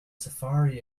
safari